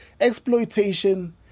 exploitation